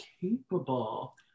capable